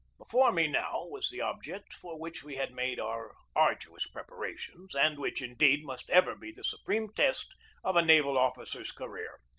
before me now was the object for which we had made our arduous preparations, and which, indeed, must ever be the supreme test of a naval officer's career.